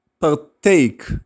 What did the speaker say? partake